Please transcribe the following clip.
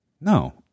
No